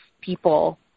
people